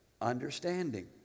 understanding